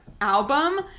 album